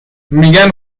میگن